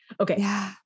Okay